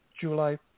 July